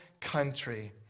country